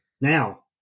now